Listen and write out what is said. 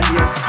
Yes